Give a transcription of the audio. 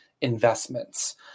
investments